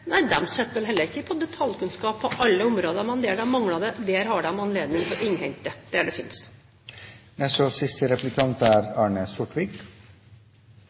Nei, de sitter vel heller ikke på detaljkunnskap på alle områder, men der de mangler det, har de anledning til å innhente det der det finnes. Til det siste: Det er